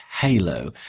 halo